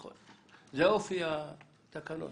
זה אופי התקנות.